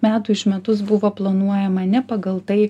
metų iš metus buvo planuojama ne pagal tai